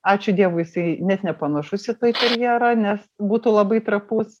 ačiū dievui jisai net nepanašus į toiterjerą nes būtų labai trapus